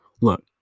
Look